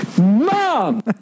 mom